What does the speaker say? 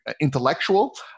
intellectual